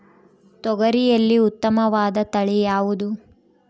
ತೊಗರಿಯಲ್ಲಿ ಉತ್ತಮವಾದ ತಳಿ ಯಾವುದು?